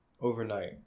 Overnight